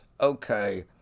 okay